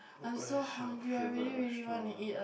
where is your favourite restaurant